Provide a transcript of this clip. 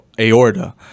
aorta